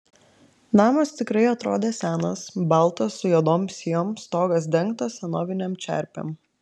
namas tikrai atrodė senas baltas su juodom sijom stogas dengtas senovinėm čerpėm